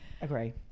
agree